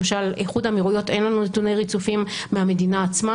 למשל מאיחוד האמירויות אין לנו נתוני ריצופים מהמדינה עצמה.